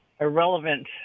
irrelevant